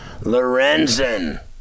Lorenzen